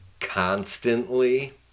constantly